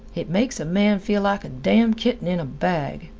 it makes a man feel like a damn' kitten in a bag.